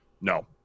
No